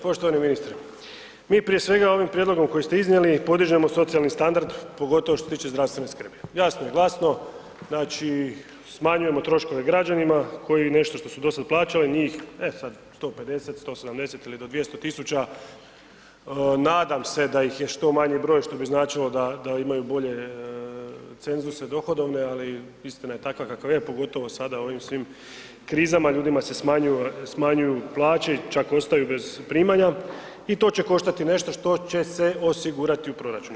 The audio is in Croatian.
Poštovani ministre, mi prije svega ovim prijedlogom koji ste iznijeli podižemo socijalni standard, pogotovo što se tiče zdravstvene skrbi, jasno i glasno, znači, smanjujemo troškove građanima koji nešto što su dosad plaćali njih, e sad 150, 170 ili do 200 tisuća, nadam se da ih je što manji broj što bi značilo da imaju bolje cenzuse dohodovne, ali istina je takva kakva je pogotovo sada u ovim svim krizama, ljudima se smanjuju plaće, čak ostaju bez primanja i to će koštati nešto što će se osigurati u proračunu.